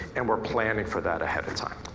and we're planning for that ahead of time.